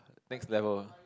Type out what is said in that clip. next level